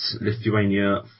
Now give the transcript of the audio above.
Lithuania